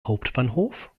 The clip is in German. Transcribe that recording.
hauptbahnhof